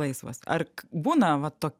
laisvas ar k būna va